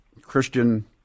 Christian